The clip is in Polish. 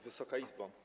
Wysoka Izbo!